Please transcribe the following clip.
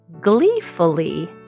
gleefully